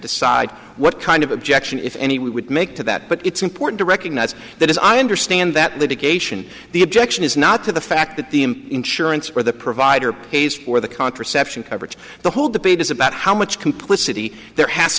decide what kind of objection if any would make to that but it's important to recognize that as i understand that litigation the objection is not to the fact that the insurance or the provide pays for the contraception coverage the whole debate is about how much complicity there has